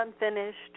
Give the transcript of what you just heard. unfinished